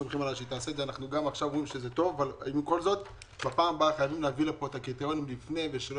בפעם הבאה חייבים לפה את הקריטריונים לפני ולא